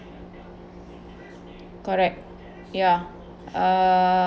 correct ya uh